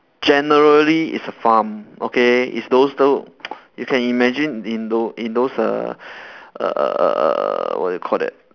generally it's a farm okay it's those tho~ you can imagine in tho~ in those err err err err err what do you call that